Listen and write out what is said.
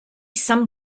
some